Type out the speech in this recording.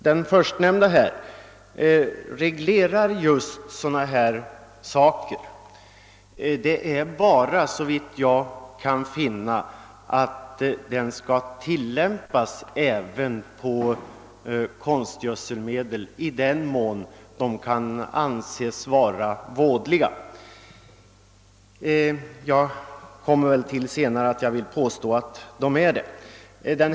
Den förstnämnda reglerar just sådant som jag har aktualiserat, och såvitt jag kan finna bör den även tillämpas på konstgödselmedel, i den mån de kan antas vara vådliga. Jag skall litet senare visa att de kan vara det.